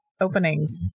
openings